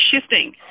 shifting